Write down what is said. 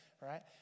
right